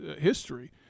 history